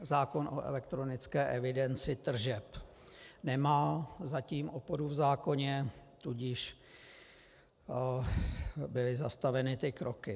Zákon o elektronické evidenci tržeb nemá zatím oporu v zákoně, tudíž byly zastaveny ty kroky.